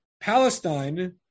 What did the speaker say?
Palestine